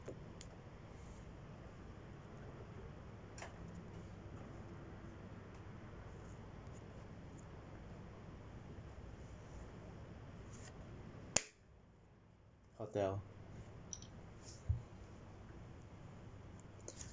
hotel